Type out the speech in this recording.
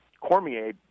Cormier